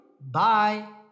Bye